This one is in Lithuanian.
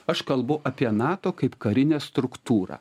aš kalbu apie nato kaip karinę struktūrą